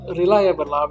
reliable